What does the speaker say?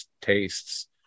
tastes